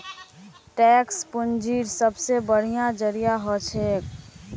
tax पूंजीर सबसे बढ़िया जरिया हछेक